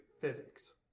physics